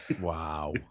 Wow